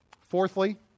Fourthly